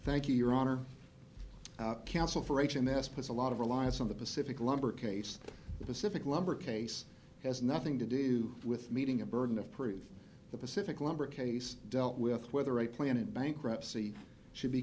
thank you your honor counsel for h m s puts a lot of reliance on the pacific lumber case the pacific lumber case has nothing to do with meeting a burden of proof the pacific lumber case dealt with whether a plan in bankruptcy should be